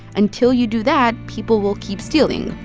until you do that, people will keep stealing.